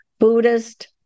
Buddhist